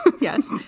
yes